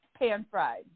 pan-fried